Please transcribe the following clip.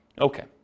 Okay